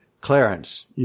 clarence